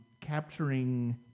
capturing